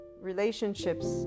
relationships